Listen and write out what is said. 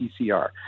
PCR